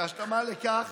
כהשלמה לכך,